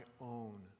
own